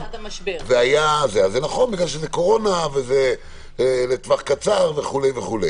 זה נכון כי זה קורונה וזה לטווח קצר וכו'.